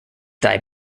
die